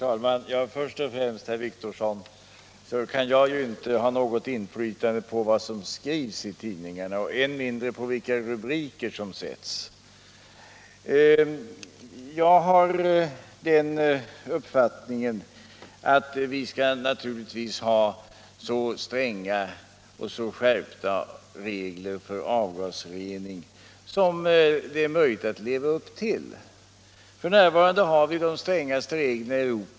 Herr talman! Först och främst, herr Wictorsson, kan jag inte ha något inflytande på vad som skrivs i tidningarna och än mindre på vilka rubriker som sätts. Jag har den uppfattningen att vi naturligtvis skall ha så stränga regler för avgasrening som det är möjligt att leva upp till. Vi har f. n. de strängaste reglerna i Europa.